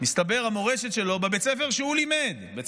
מסתבר שהמורשת שלו בבית הספר שהוא לימד בו,